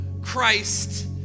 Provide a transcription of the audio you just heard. Christ